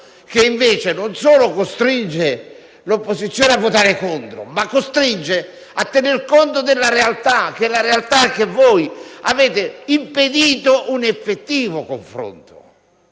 che essa, non solo costringe l'opposizione a votare contro, ma anche a tenere conto della realtà e, cioè, che voi avete impedito un effettivo confronto,